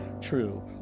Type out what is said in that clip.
true